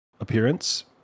appearance